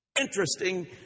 Interesting